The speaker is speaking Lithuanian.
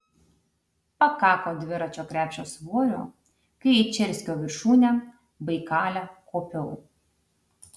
pakako dviračio krepšio svorio kai į čerskio viršūnę baikale kopiau